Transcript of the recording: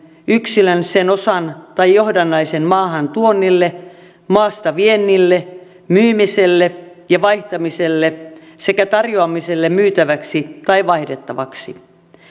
yksilön sen osan tai johdannaisen maahantuonnille maasta viennille myymiselle ja vaihtamiselle sekä tarjoamiselle myytäväksi tai vaihdettavaksi